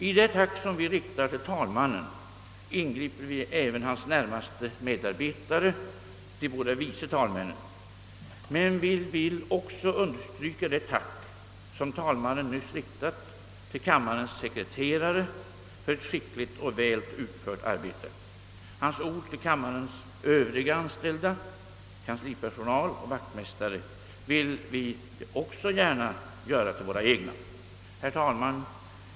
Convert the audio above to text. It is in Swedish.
I det tack, som vi riktar till talmannen, inbegriper vi även hans närmaste medarbetare, de båda vice talmännen, men vill också understryka det tack, som talmannen nyss riktat till kammarens sekreterare för skickligt och väl utfört arbete. Hans ord till kammarens övriga anställda kanslipersonal och vaktmästare vill vi också gärna göra till våra egna. Herr talman!